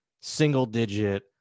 single-digit